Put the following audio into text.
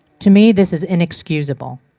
to me, this is inexcusable.